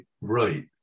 right